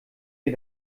wir